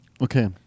Okay